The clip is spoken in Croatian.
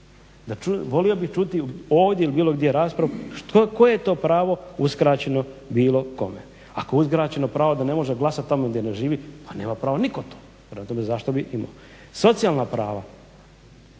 zašto. Volio bih čuti ovdje ili bilo gdje raspravu koje je to pravo uskraćeno bilo kome. Ako je uskraćeno pravo da ne može glasati tamo gdje ne živi pa nema pravo nitko to. Prema tome, zašto bi imao. Socijalna prava.